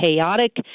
chaotic